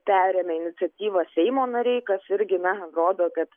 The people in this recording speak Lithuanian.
perėmė iniciatyvą seimo nariai kas irgi na rodo kad